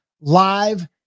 Live